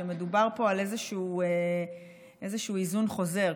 שמדובר פה על איזשהו היזון חוזר,